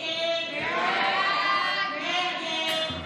הסתייגות 24 לא נתקבלה.